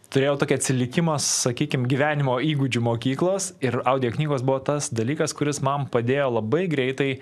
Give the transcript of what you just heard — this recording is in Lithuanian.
turėjau tokį atsilikimą sakykim gyvenimo įgūdžių mokyklos ir audioknygos buvo tas dalykas kuris man padėjo labai greitai